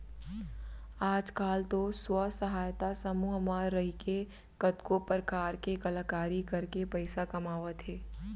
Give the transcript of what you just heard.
आज काल तो स्व सहायता समूह म रइके कतको परकार के कलाकारी करके पइसा कमावत हें